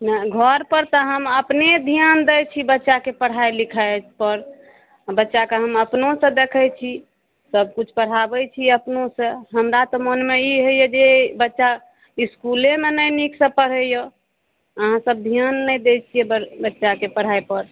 घरपर तऽ हम अपने धिआन दै छी बच्चाके पढ़ाइ लिखाइपर बच्चाके हम अपनेसँ देखे छी सबकिछु पढ़ाबै छी अपनोसँ हमरा तऽ मोनमे ई होइए जे बच्चा इसकुलेमे नहि नीकसँ पढ़ैए अहाँसब धिआन नहि दै छिए बच्चाके पढ़ाइपर